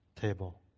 table